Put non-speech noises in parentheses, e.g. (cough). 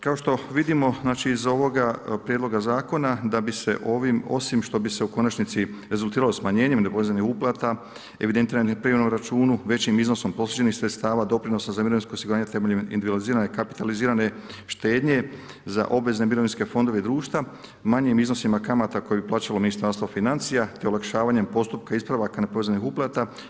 Kao što vidimo iz ovoga prijedloga zakona da bi se ovim osim što bi se u konačnici rezultiralo smanjenjem nepovezanih uplata evidentiranih na privremenom računu, većim iznosom … (unintelligible) sredstava doprinosa za mirovinsko osiguranje temeljem individualizirane, kapitalizirane štednje za obvezne mirovinske fondove i društva, manjim iznosima kamata koje bi plaćalo Ministarstvo financija, te olakšavanjem postupka ispravaka nepovezanih uplata.